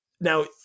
now